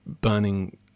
burning